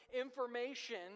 information